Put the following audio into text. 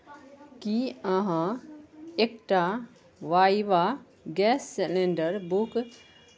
की अहाँ एकटा वाइवा गैस सिलेंडर बुक